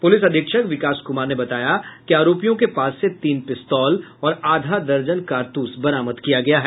police अधीक्षक विकास कुमार ने बताया कि आरोपियों के पास से तीन पिस्तौल और आधा दर्जन कारतूस बरामद किया गया है